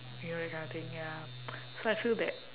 you know that kind of thing ya so I feel that